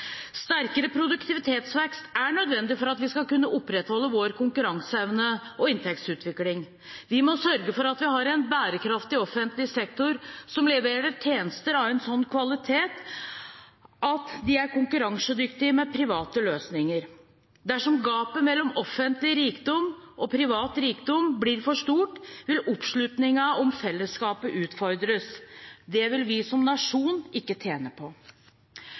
Sterkere produktivitetsvekst er nødvendig for at vi skal kunne opprettholde vår konkurranseevne og inntektsutvikling. Vi må sørge for at vi har en bærekraftig offentlig sektor som leverer tjenester av en slik kvalitet at de er konkurransedyktige med private løsninger. Dersom gapet mellom offentlig og privat rikdom blir for stort, vil oppslutningen om fellesskapet utfordres. Det vil vi som nasjon ikke tjene på.